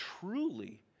truly